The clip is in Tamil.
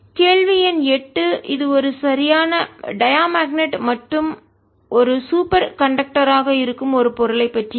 கேள்வி எண் 8 இது ஒரு சரியான டையா மக்னெட் மற்றும் ஒரு சூப்பர் கண்டக்டராக இருக்கும் ஒரு பொருளைப் பற்றியது